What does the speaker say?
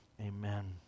Amen